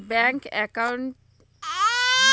Bank একাউন্টত কতো টাকা ট্যাক্স কাটে?